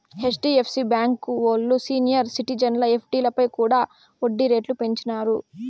HDFC బాంకీ ఓల్లు senior సిటిజన్ల ఎఫ్డీలపై కూడా ఒడ్డీ రేట్లు పెంచినారు